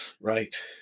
right